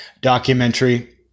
documentary